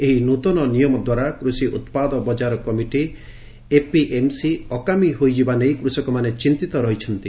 ଏହି ନୃତନ ନିୟମଦ୍ୱାରା କୃଷି ଉତ୍ପାଦ ବଜାର କମିଟି ଏପିଏମ୍ସି ଅକାମୀ ହୋଇଯିବା ନେଇ କୃଷକମାନେ ଚିନ୍ତିତ ଅଛନ୍ତି